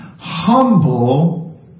humble